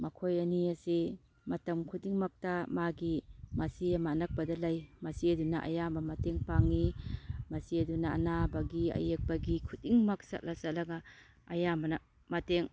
ꯃꯈꯣꯏ ꯑꯅꯤ ꯑꯁꯤ ꯃꯇꯝ ꯈꯨꯗꯤꯡꯃꯛꯇ ꯃꯥꯒꯤ ꯃꯆꯦ ꯑꯃ ꯑꯅꯛꯄꯗ ꯂꯩ ꯃꯆꯦꯁꯤꯅ ꯑꯌꯥꯝꯕ ꯃꯇꯦꯡ ꯄꯥꯡꯉꯤ ꯃꯆꯦꯗꯨꯅ ꯑꯅꯥꯕꯒꯤ ꯑꯌꯦꯛꯄꯒꯤ ꯈꯨꯗꯤꯡꯃꯛ ꯆꯠꯂ ꯆꯠꯂꯒ ꯑꯌꯥꯝꯕꯅ ꯃꯇꯦꯡ